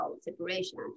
separation